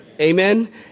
Amen